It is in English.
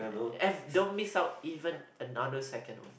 F don't miss out even another second of